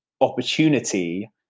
opportunity